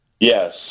Yes